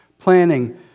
planning